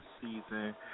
season